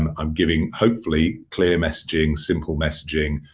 um i'm giving, hopefully, clear messaging, simple messaging,